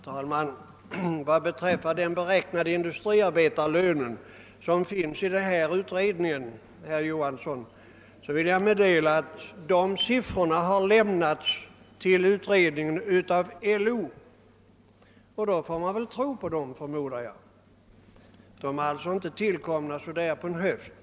Herr talman! Vad beträffar den beräkning av industriarbetarlönen som gjorts i den nämnda aktuella utredningen vill jag meddela herr Johanson i Västervik att siffrorna i fråga har lämnats till utredningen av LO. Jag förmodar därför att man kan tro på dem. De är alltså inte tillkomna på en höft.